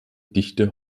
dichte